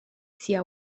sia